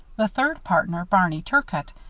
the third partner, barney turcott,